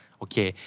okay